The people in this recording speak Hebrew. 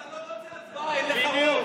אתה לא רוצה הצבעה, אין לך רוב.